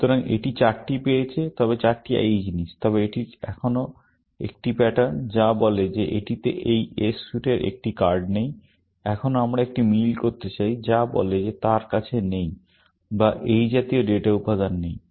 সুতরাং এটি চারটি পেয়েছে তবে চারটি এই জিনিস তবে এটির এখনও একটি প্যাটার্ন দরকার যা বলে যে এটিতে এই s স্যুটের একটি কার্ড নেই। এখন আমরা একটি মিল করতে চাই যা বলে যে তার কাছে নেই বা এই জাতীয় ডেটা উপাদান নেই